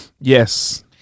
Yes